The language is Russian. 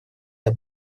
для